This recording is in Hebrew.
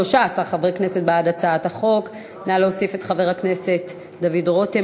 13 חברי כנסת בעד הצעת החוק: נא להוסיף את חבר הכנסת דוד רותם.